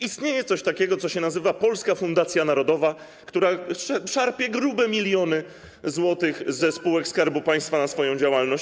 Istnieje coś takiego, co się nazywa Polska Fundacja Narodowa, która szarpie grube miliony złotych ze spółek Skarbu Państwa na swoją działalność.